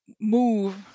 move